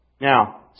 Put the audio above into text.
Now